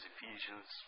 Ephesians